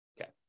Okay